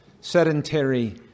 sedentary